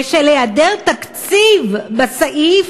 בשל היעדר תקציב בסעיף,